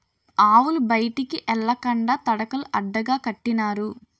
ఆవులు బయటికి ఎల్లకండా తడకలు అడ్డగా కట్టినారు